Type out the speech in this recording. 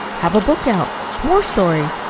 have a book out war stories.